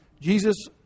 Jesus